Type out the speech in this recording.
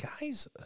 Guys